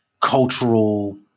cultural